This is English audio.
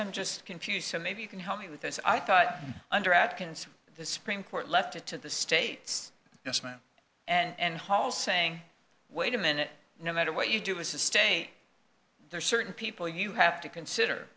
i'm just confused so maybe you can help me with this i thought under adkins the supreme court left it to the states and hall saying wait a minute no matter what you do is a state there are certain people you have to consider